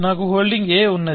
నాకు holding a ఉన్నది